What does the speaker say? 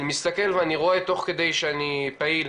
אני מסתכל ואני רואה תוך כדי שאני פעיל,